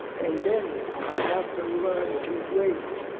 and then i have to learn to wait.